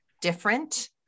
different